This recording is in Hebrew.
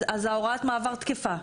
אז הוראת המעבר תקפה.